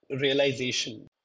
realization